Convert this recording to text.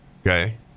Okay